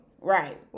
Right